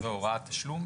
זו הוראת תשלום,